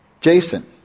jason